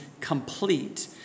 complete